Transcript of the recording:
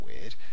weird